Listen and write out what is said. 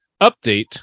Update